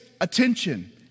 attention